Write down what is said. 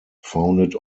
founded